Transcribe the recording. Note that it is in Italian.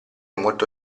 molto